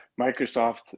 Microsoft